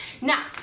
Now